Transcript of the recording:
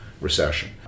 recession